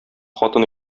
хатын